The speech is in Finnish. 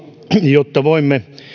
jotta voimme